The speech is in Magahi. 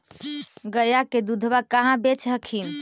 गया के दूधबा कहाँ बेच हखिन?